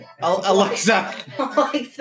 Alexa